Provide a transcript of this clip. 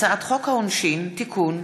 הצעת חוק העונשין (תיקון,